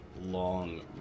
long